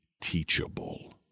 teachable